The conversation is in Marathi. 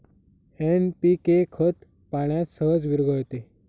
एन.पी.के खत पाण्यात सहज विरघळते